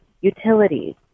utilities